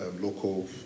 local